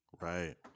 Right